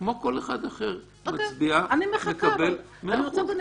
כמו כל אחד אחר, את מצביעה, מקבלת.